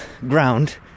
ground